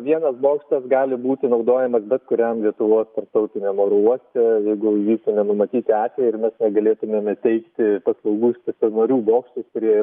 vienas bokštas gali būti naudojamas bet kuriam lietuvos tarptautiniam oro uoste jeigu įvyktų nenumatyti atvejai ir mes negalėtumėme teikti paslaugų iš stacionarių bokštų kurie